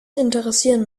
interessieren